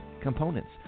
components